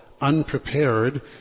unprepared